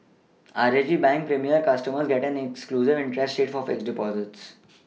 R H B bank Premier customers get an exclusive interest rate for fixed Deposits